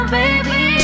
baby